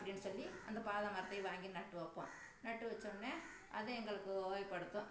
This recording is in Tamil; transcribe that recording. அப்படின்னு சொல்லி அந்த பாதாம் மரத்தையும் வாங்கி நட்டு வைப்போம் நட்டு வச்சவுட்னே அது எங்களுக்கு உபயோகப்படுத்தும்